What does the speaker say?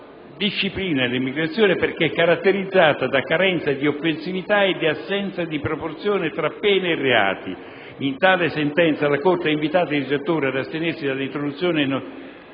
alla disciplina dell'immigrazione, perché è caratterizzata da carenza di offensività e di assenza di proporzione tra pene e reati. In tale sentenza, la Corte ha invitato il legislatore ad astenersi dall'introdurre